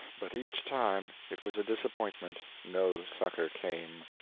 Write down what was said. but each time it was a disappointment no succor came.